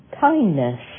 kindness